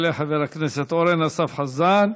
יעלה חבר הכנסת אורן אסף חזן,